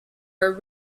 are